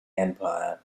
empire